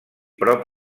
prop